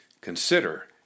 consider